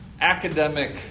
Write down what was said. academic